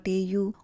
au